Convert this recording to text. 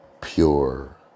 pure